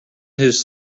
his